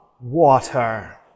water